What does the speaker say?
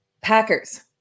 Packers